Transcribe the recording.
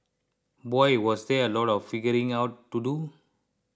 boy was there a lot of figuring out to do